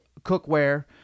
cookware